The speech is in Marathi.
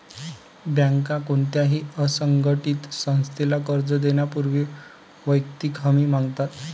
बँका कोणत्याही असंघटित संस्थेला कर्ज देण्यापूर्वी वैयक्तिक हमी मागतात